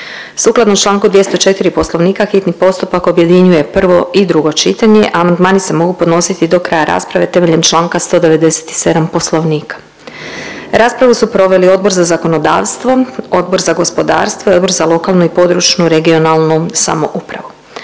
Sukladno Članku 204. Poslovnika hitni postupak objedinjuje prvo i drugo čitanje, a amandmani se mogu podnositi do kraja rasprave temeljem Članka 197. Poslovnika. Raspravu su proveli Odbor za zakonodavstvo, Odbor za gospodarstvo i Odbor za lokalnu i područnu regionalnu samoupravu.